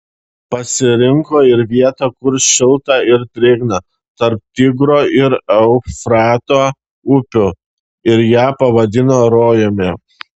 parinko ir vietą kur šilta ir drėgna tarp tigro ir eufrato upių ir ją pavadino rojumi